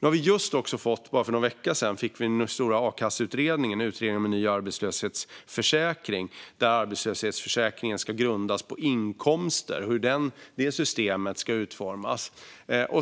För bara någon vecka sedan fick vi den stora utredningen om en ny arbetslöshetsförsäkring, som ska grundas på inkomsten, och hur den ska utformas.